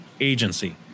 agency